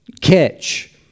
catch